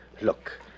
Look